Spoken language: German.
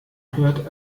hört